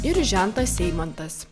ir žentas eimantas